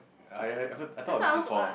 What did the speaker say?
I a~ ever I thought of this before